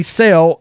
sell